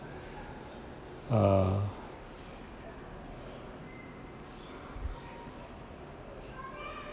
err